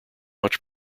much